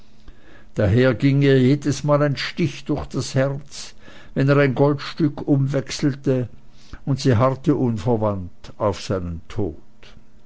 daher ging ihr jedesmal ein stich durch das herz wenn er ein goldstück umwechselte und sie harrte unverwandt auf seinen tod